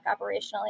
operationally